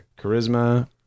charisma